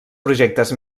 projectes